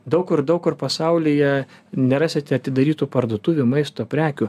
daug kur daug kur pasaulyje nerasite atidarytų parduotuvių maisto prekių